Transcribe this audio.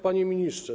Panie Ministrze!